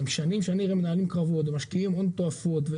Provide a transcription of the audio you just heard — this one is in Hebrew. שנים שהם מנהלים קרבות ומשקיעים הון תועפות.